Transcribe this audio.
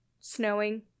Snowing